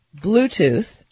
Bluetooth